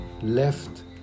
left